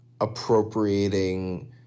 appropriating